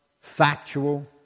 factual